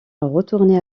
retourner